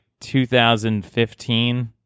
2015